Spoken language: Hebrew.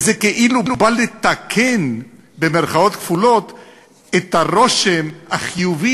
וזה כאילו בא "לתקן" את הרושם החיובי